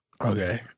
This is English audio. Okay